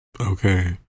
okay